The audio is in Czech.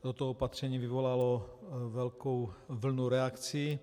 Toto opatření vyvolalo velkou vlnu reakcí.